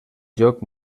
joc